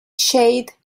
shade